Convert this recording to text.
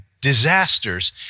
disasters